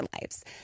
lives